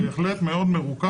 בהחלט מאוד מרוכך.